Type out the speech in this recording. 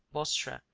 bostra,